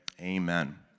Amen